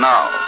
now